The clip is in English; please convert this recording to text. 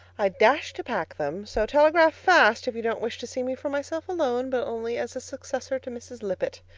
i dash to pack them so telegraph fast if you don't wish to see me for myself alone, but only as a successor to mrs. lippett.